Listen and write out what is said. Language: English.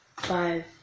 Five